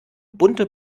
bunte